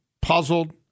puzzled